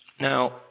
Now